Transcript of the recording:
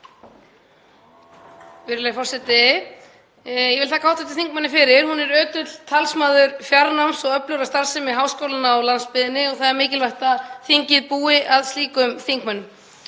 Virðulegi forseti. Ég vil þakka hv. þingmanni fyrir. Hún er ötull talsmaður fjarnáms og öflugrar starfsemi háskólanna á landsbyggðinni og það er mikilvægt að þingið búi að slíkum þingmönnum.